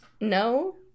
No